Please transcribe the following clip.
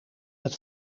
het